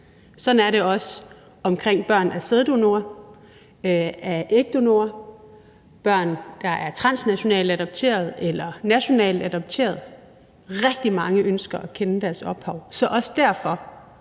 Sådan er det også omkring børn af sæddonorer, af ægdonorer, børn, der er transnationalt adopteret eller nationalt adopteret – rigtig mange ønsker at kende deres ophav. Så derfor